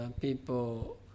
people